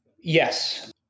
Yes